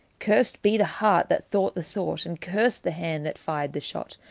curst be the heart that thought the thought, and curst the hand that fired the shot,